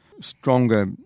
stronger